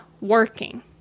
working